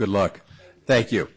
good luck thank you